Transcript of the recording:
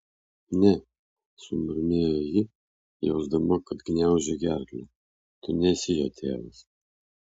ne sumurmėjo ji jausdama kad gniaužia gerklę tu nesi jo tėvas